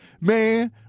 man